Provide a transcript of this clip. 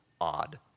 odd